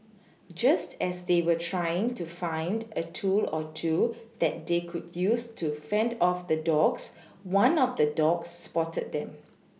just as they were trying to find a tool or two that they could use to fend off the dogs one of the dogs spotted them